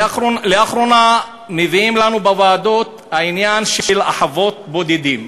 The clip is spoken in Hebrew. לאחרונה מביאים לנו בוועדות את העניין של חוות בודדים.